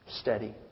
steady